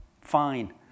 Fine